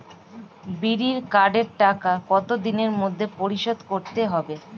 বিড়ির কার্ডের টাকা কত দিনের মধ্যে পরিশোধ করতে হবে?